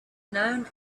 known